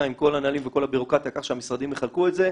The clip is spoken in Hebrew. עם כל הנהלים וכל הבירוקרטיה כך שהמשרדים יחלקו את זה,